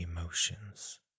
emotions